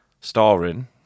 Starring